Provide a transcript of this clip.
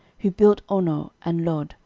who built ono, and lod,